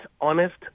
honest